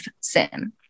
sin